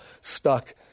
stuck